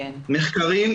מחקרים,